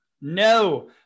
No